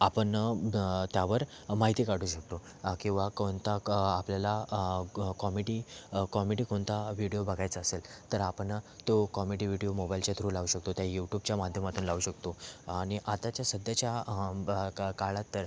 आपण त्यावर माहिती काढू शकतो किंवा कोणता कं आपल्याला कं कॉमेडी कॉमेडी कोणता विडिओ बघायचा असेल तर आपण तो कॉमेडी विडिओ मोबाइलच्या थ्रू लावू शकतो त्या युटूबच्या माध्यमातून लावू शकतो आणि आताच्या सध्याच्या कं काळात तर